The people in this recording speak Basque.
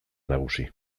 nagusi